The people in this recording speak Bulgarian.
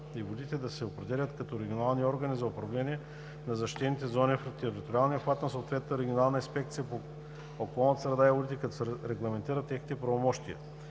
и водите да се определят като регионални органи за управление на защитените зони в териториалния обхват на съответната Регионална инспекция по околната среда и водите, като се регламентират техните правомощия.